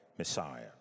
Messiah